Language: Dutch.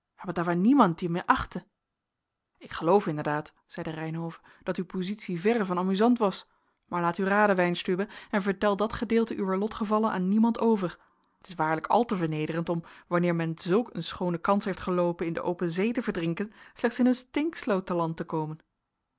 niemand die mihr achtte ik geloof inderdaad zeide reynhove dat uw positie verre van amusant was maar laat u raden weinstübe en vertel dat gedeelte uwer lotgevallen aan niemand over het is waarlijk al te vernederend om wanneer men zulk een schoone kans heeft geloopen in de open zee te verdrinken slechts in een stinksloot te land te komen